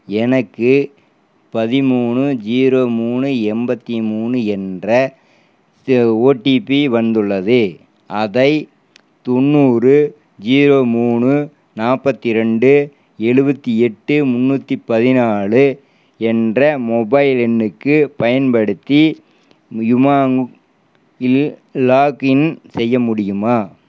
எனக்கு பதிமூணு ஜீரோ மூணு எண்பத்தி மூணு என்ற ஓடிபி வந்துள்ளது அதை தொண்ணூறு ஜீரோ மூணு நாற்பத்தி ரெண்டு எழுவத்தி எட்டு முந்நூற்றி பதினாலு என்ற மொபைல் எண்ணுக்குப் பயன்படுத்தி யுமாங் இல் லாக்இன் செய்ய முடியுமா